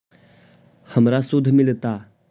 हमरा शुद्ध मिलता?